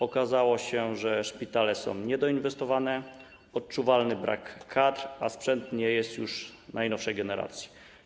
Okazało się, że szpitale są niedoinwestowane, jest odczuwalny brak kadr, a sprzęt nie jest już najnowszej generacji.